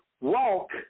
walk